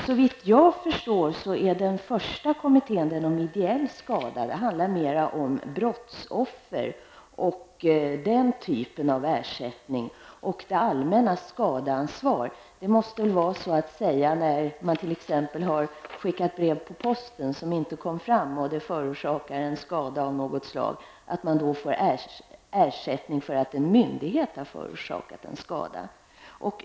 Såvitt jag förstår avser kommittén om ideell skada mer brottsoffer och ersättning till dessa. Det allmännas skadeståndsansvar är väl vad som inträder när t.ex. någon skickat ett brev på posten som inte kommit fram och detta förorsakat en skada av något slag. I ett sådant fall är det alltså fråga om ersättning för att en myndighet har förorsakat en skada.